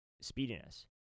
speediness